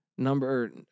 Number